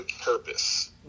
purpose